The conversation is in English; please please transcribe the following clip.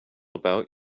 about